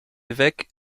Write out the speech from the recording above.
évêque